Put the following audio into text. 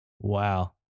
Wow